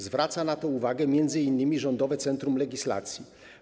Zwraca na to uwagę m.in. Rządowe Centrum Legislacji.